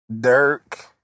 Dirk